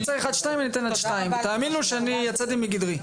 אם צריך עד 14:00 אני אתן עד 14:00. תאמינו שאני יצאתי מגדרי.